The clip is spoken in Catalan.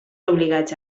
obligats